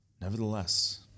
Nevertheless